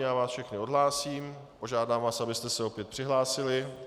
Já vás všechny odhlásím a požádám vás, abyste se opět přihlásili.